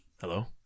Hello